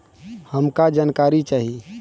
हमका जानकारी चाही?